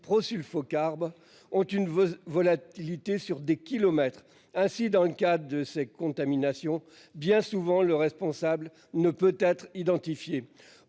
prosulfocarbe ont une volatilité sur des kilomètres. Ainsi, dans le cas de ces contaminations bien souvent le responsable ne peut être identifié.